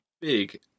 big